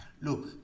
Look